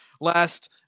last